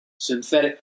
synthetic